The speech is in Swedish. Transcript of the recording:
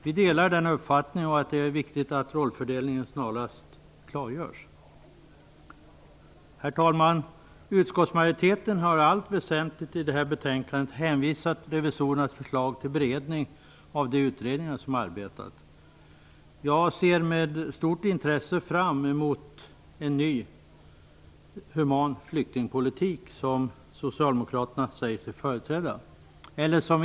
Vi delar den uppfattningen och att det är viktigt att rollfördelningen snarast klargörs. Herr talman! Utskottsmajoriteten har i allt väsentligt i det här betänkandet hänvisat revisorernas förslag till beredning av de utredningar som arbetat. Jag ser med stort intresse fram mot en ny, human flyktingpolitik, som Socialdemokraterna säger sig företräda.